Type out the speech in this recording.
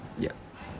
ya